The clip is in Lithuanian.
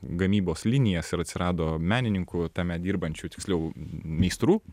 gamybos linijas ir atsirado menininkų tame dirbančių tiksliau meistrų